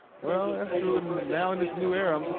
that's true. now in this new era,